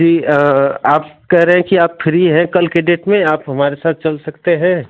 जी आप कह रहे हैं कि आप फ्री हैं कल के डेट में आप हमारे साथ चल सकते हैं